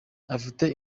afite